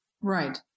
Right